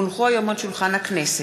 כי הונחו היום על שולחן הכנסת,